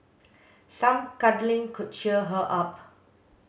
some cuddling could cheer her up